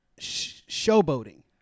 showboating